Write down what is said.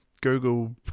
google